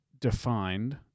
defined